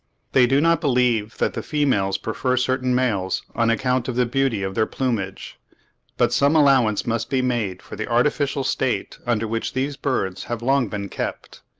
they do not believe that the females prefer certain males on account of the beauty of their plumage but some allowance must be made for the artificial state under which these birds have long been kept.